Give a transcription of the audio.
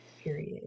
Period